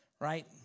right